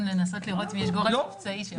לנסות לראות אם יש גורם מבצעי שיכול להעלות?